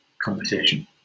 Competition